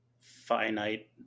finite